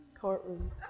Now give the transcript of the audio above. courtroom